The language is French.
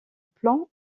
plan